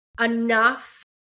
enough